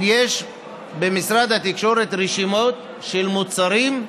יש במשרד התקשורת רשימות של מוצרים,